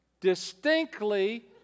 distinctly